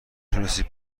تونستی